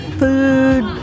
food